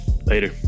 Later